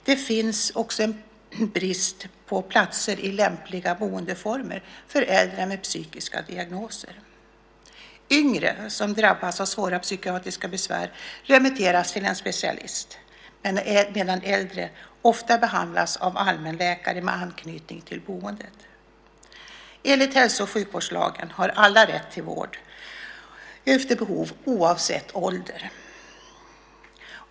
Det finns också en brist på platser i lämpliga boendeformer för äldre med psykiska diagnoser. Yngre som drabbas av svåra psykiatriska besvär remitteras till en specialist medan äldre ofta behandlas av allmänläkare med anknytning till boendet. Enligt hälso och sjukvårdslagen har alla rätt till vård efter behov, oavsett ålder.